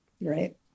right